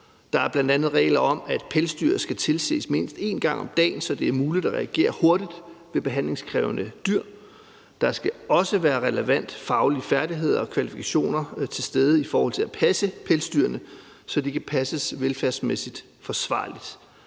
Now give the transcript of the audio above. Der er bl.a. regler om, at pelsdyr skal tilses mindst en gang om dagen, så det er muligt at reagere hurtigt ved behandlingskrævende dyr. Der skal også være relevante faglige færdigheder og kvalifikationer til stede i forhold til at passe pelsdyrene, så de kan passes velfærdsmæssigt forsvarligt.